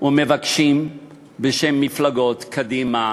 ומבקשים בשם מפלגות, קדימה,